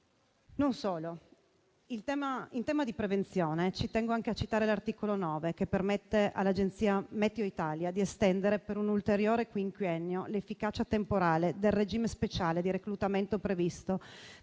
Non solo. In tema in tema di prevenzione, ci tengo a citare l'articolo 9, che permette all'Agenzia ItaliaMeteo di estendere, per un ulteriore quinquennio, l'efficacia temporale del regime speciale di reclutamento previsto